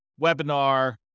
Webinar